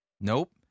Nope